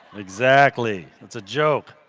exactly. it is a joke.